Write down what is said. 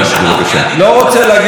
אל תמשוך אותי במילה,